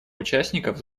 участников